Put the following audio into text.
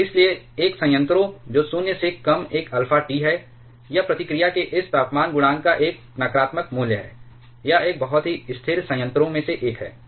और इसलिए एक संयंत्रों जो 0 से कम एक अल्फा T है या प्रतिक्रिया के इस तापमान गुणांक का एक नकारात्मक मूल्य है यह एक बहुत ही स्थिर संयंत्रों है